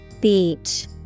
Beach